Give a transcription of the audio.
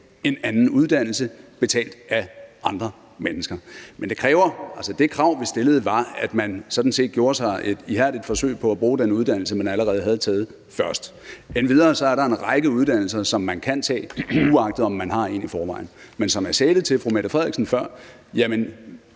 en anden uddannelse betalt af andre mennesker. Men det krav, vi stillede, var, at man sådan set gjorde sig et ihærdigt forsøg på at bruge den uddannelse, man allerede havde taget først. Endvidere er der en række uddannelser, som man kan tage, uagtet at man har en i forvejen. Men som jeg sagde det til fru Mette Frederiksen før, så